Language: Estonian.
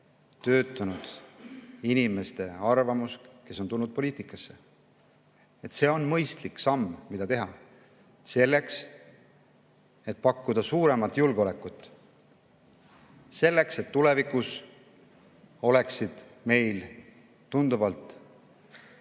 töötanud inimeste arvamus, kes on tulnud poliitikasse. See on mõistlik samm, mida teha selleks, et pakkuda suuremat julgeolekut, selleks et tulevikus oleksid meil tunduvalt suurema